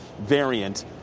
variant